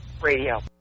Radio